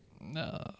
No